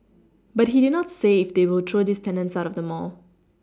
but he did not say if they will throw these tenants out of the mall